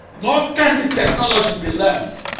nor can the technology be learned.